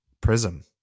Prism